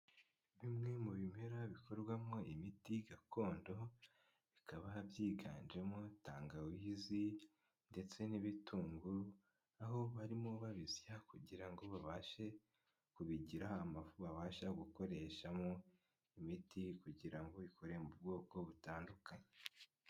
Bimwe mu bimera bikorwamo imiti gakondo, bikaba byiganjemo tangawizi ndetse n'ibitunguru, aho barimo babisya kugira ngo babashe kubigira amafu babasha gukoreshamo imiti kugira ngo ikore mu bwoko butandukanye.